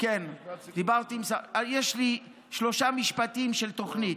יש לי שלושה משפטים על תוכנית,